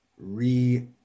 re